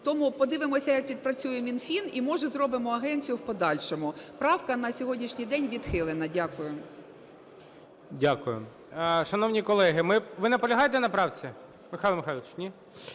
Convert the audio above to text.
Тому подивимося, як відпрацює Мінфін, і, може, зробимо агенцію в подальшому. Правка на сьогоднішній день відхилена. Дякую. ГОЛОВУЮЧИЙ. Дякую. Шановні колеги… Ви наполягаєте на правці, Михайло Михайлович? Ні?